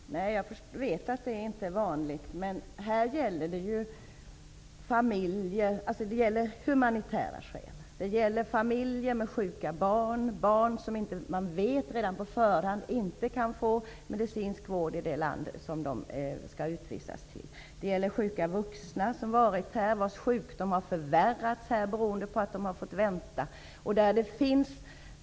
Fru talman! Jag vet att detta inte är vanligt, men i det här fallet gäller det ju humanitära skäl. Det gäller familjer med sjuka barn, barn som man redan på förhand vet inte kan få medicinsk vård i det land de skall utvisas till. Det gäller sjuka vuxna, vars sjukdom har förvärrats under den tid de varit här, beroende på att de har fått vänta.